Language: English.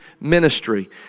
ministry